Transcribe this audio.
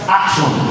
action